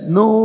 no